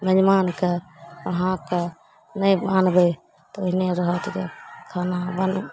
मेजबानकेँ अहाँकेँ नहि आनबै तऽ ओहिने रहत गे खाना बन्द